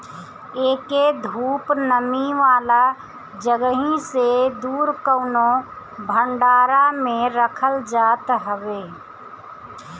एके धूप, नमी वाला जगही से दूर कवनो भंडारा में रखल जात हवे